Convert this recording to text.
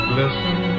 listen